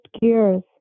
gears